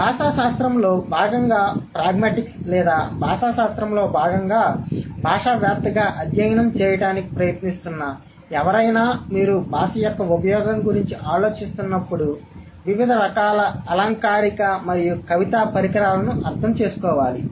మరియు భాషాశాస్త్రంలో భాగంగా ప్రాగ్మాటిక్స్ లేదా భాషాశాస్త్రంలో భాగంగా భాషావేత్తగా అధ్యయనం చేయడానికి ప్రయత్నిస్తున్న ఎవరైనా మీరు భాష యొక్క ఉపయోగం గురించి ఆలోచిస్తున్నప్పుడు వివిధ రకాల అలంకారిక మరియు కవితా పరికరాలను అర్థం చేసుకోవాలి